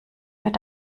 mit